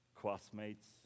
classmates